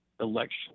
election